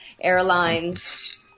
airlines